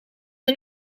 een